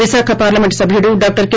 Visakha parliament సభ్యుడు doctor కే